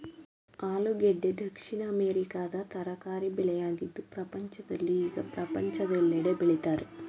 ಆಲೂಗೆಡ್ಡೆ ದಕ್ಷಿಣ ಅಮೆರಿಕದ ತರಕಾರಿ ಬೆಳೆಯಾಗಿದ್ದು ಪ್ರಪಂಚದಲ್ಲಿ ಈಗ ಪ್ರಪಂಚದೆಲ್ಲೆಡೆ ಬೆಳಿತರೆ